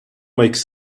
makes